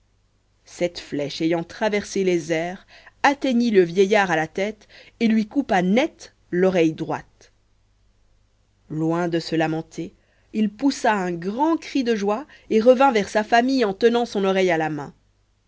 cette flèche ayant traversé les airs atteignit le vieillard à la tète et lui coupa net l'oreille droite loin de se lamenter il poussa un grand cri de joie et revint vers sa famille en tenant son oreille à la main